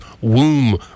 womb